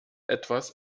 etwas